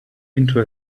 into